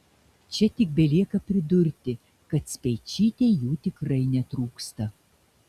čia tik belieka pridurti kad speičytei jų tikrai netrūksta